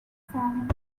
from